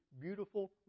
beautiful